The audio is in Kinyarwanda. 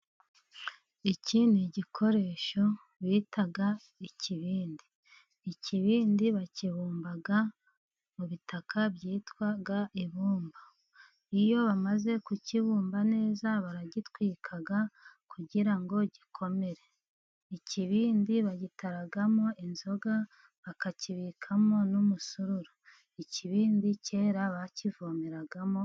Iki ni igikoresho bita ikibindi. Ikibindi bakibumba mu bitaka byitwa ibumba. Iyo bamaze kukibumba neza baragitwika kugira ngo gikomere. Ikibindi bagitaragamo inzoga, bakakibikamo n'umusururo. Ikibindi kera bakivomeragamo.